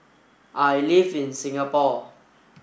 I live in Singapore